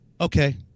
Okay